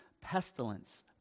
pestilence